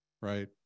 Right